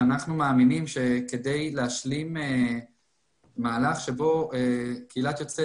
אנחנו מאמינים שכדי להשלים מהלך שבו קהילת יוצאי